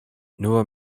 nur